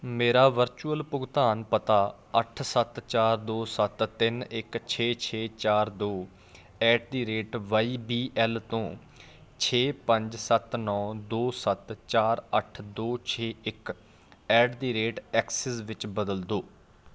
ਮੇਰਾ ਵਰਚੁਅਲ ਭੁਗਤਾਨ ਪਤਾ ਅੱਠ ਸੱਤ ਚਾਰ ਦੋ ਸੱਤ ਤਿੰਨ ਇੱਕ ਛੇ ਛੇ ਚਾਰ ਦੋ at the rate Y B L ਤੋਂ ਛੇ ਪੰਜ ਸੱਤ ਨੌ ਦੋ ਸੱਤ ਚਾਰ ਅੱਠ ਦੋ ਛੇ ਇੱਕ ਐਟ ਦੀ ਰੇਟ ਐਕਸਿਸ ਵਿੱਚ ਬਦਲ ਦਿਓ